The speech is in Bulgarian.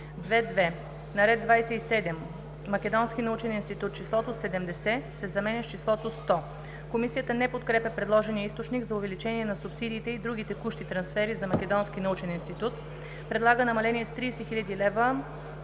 2.2. На ред 27 „Македонски научен институт“ числото „70,0“ се заменя с числото „100,0“.“ Комисията не подкрепя предложения източник за увеличение на субсидиите и други текущи трансфери за Македонски научен институт. Предлага намаление с 30,0 хил.